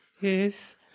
yes